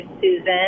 Susan